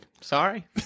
Sorry